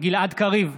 גלעד קריב,